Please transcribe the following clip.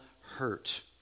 hurt